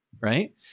Right